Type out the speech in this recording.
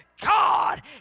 God